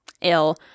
ill